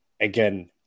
again